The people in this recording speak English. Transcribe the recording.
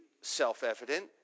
self-evident